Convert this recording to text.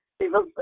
People